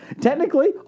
Technically